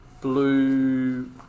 blue